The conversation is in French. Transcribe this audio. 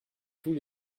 tous